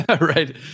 right